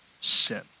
sin